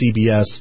CBS